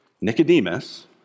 Nicodemus